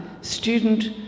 student